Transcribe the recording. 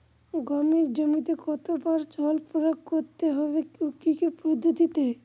গমের জমিতে কতো বার জল প্রয়োগ করতে হবে ও কি পদ্ধতিতে?